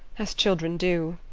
as children do.